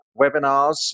webinars